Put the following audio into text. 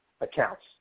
accounts